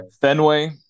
Fenway